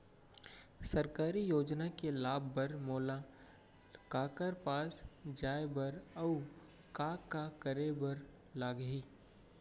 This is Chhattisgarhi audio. सरकारी योजना के लाभ बर मोला काखर पास जाए बर अऊ का का करे बर लागही?